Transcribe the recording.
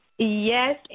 Yes